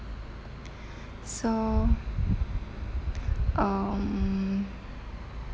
so um